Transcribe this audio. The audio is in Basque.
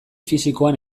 fisikoan